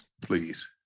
Please